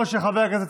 הצביע נגד.